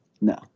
No